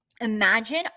Imagine